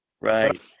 Right